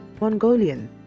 Mongolian